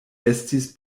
estis